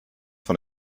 von